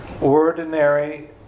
Ordinary